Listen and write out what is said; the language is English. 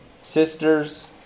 sisters